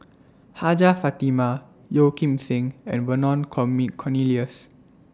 Hajjah Fatimah Yeo Kim Seng and Vernon call Me Cornelius